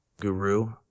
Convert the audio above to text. guru